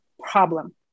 problem